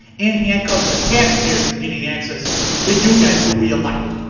and handcuffs the taxpayers from getting access to you guys, who we elect.